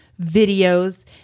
videos